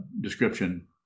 description